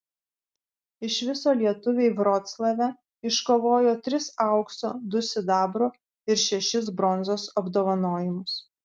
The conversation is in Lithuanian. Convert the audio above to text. iš viso lietuviai vroclave iškovojo tris aukso du sidabro ir šešis bronzos apdovanojimus